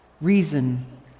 reason